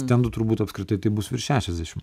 stendų turbūt apskritai tai bus virš šešiasdešimt